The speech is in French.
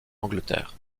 angleterre